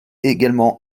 également